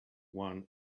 one